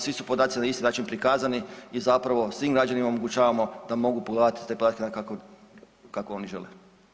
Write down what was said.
Svi su podaci na isti način prikazani i zapravo svim građanima omogućavamo da mogu pogledati te podatke kako o ni žele.